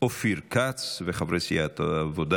אופיר כץ וחברי סיעת העבודה.